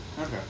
Okay